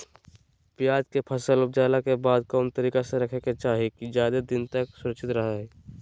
प्याज के फसल ऊपजला के बाद कौन तरीका से रखे के चाही की ज्यादा दिन तक सुरक्षित रहय?